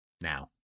now